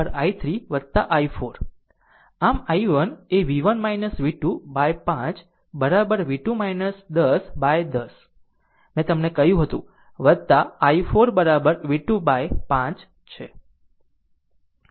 આમ i1 એv1 v2 by 5 v2 10 by 10 મેં તમને કહ્યું i4 v2 by 5 છે